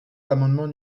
l’amendement